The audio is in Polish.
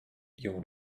jął